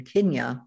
Kenya